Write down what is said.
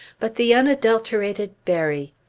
but the unadulterated berry!